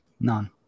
None